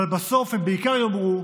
אבל בסוף הם בעיקר יאמרו,